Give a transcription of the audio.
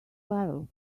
level